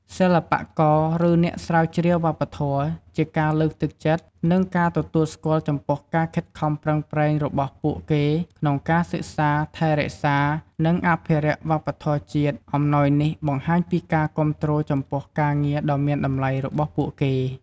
សិល្បករ ឬអ្នកស្រាវជ្រាវវប្បធម៌ ជាការលើកទឹកចិត្ត និងការទទួលស្គាល់ចំពោះការខិតខំប្រឹងប្រែងរបស់ពួកគេក្នុងការសិក្សា ថែរក្សា និងអភិរក្សវប្បធម៌ជាតិ អំណោយនេះបង្ហាញពីការគាំទ្រចំពោះការងារដ៏មានតម្លៃរបស់ពួកគេ។។